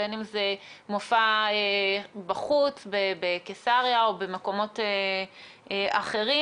בין אם זה מופע בחוץ בקיסריה או במקומות אחרים,